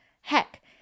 Heck